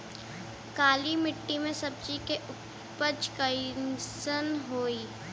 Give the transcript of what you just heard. काली मिट्टी में सब्जी के उपज कइसन होई?